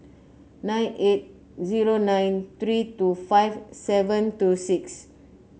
nine eight zero nine three two five seven two six